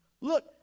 look